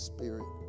Spirit